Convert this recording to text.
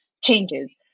changes